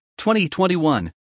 2021